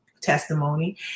testimony